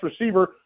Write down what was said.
receiver